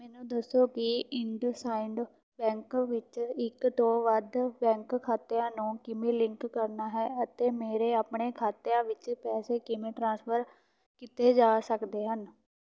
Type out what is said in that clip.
ਮੈਨੂੰ ਦੱਸੋ ਕਿ ਇੰਡਸਾਇੰਡ ਬੈਂਕ ਵਿੱਚ ਇੱਕ ਤੋਂ ਵੱਧ ਬੈਂਕ ਖਾਤਿਆਂ ਨੂੰ ਕਿਵੇਂ ਲਿੰਕ ਕਰਨਾ ਹੈ ਅਤੇ ਮੇਰੇ ਆਪਣੇ ਖਾਤਿਆਂ ਵਿੱਚ ਪੈਸੇ ਕਿਵੇਂ ਟ੍ਰਾਂਸਫਰ ਕੀਤੇ ਜਾ ਸਕਦੇ ਹਨ